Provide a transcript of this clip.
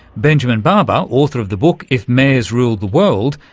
benjamin barber, author of the book if mayors ruled the world,